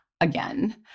Again